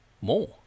more